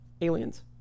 aliens